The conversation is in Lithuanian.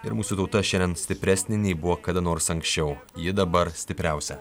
ir mūsų tauta šiandien stipresnė nei buvo kada nors anksčiau ji dabar stipriausia